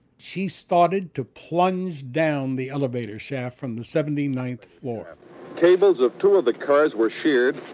she started to plunge down the elevator shaft from the seventy ninth floor cables of two of the cars were sheared,